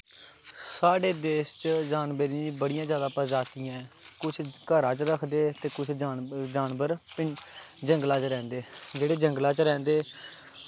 साढ़े देश च जानवरें दियां बड़ियां जादा प्रजातियां ऐं कुछ घरा च रखदे ते कुछ जानवर जंगला च रैंह्दे जेह्ड़े जंगला च रैंह्दे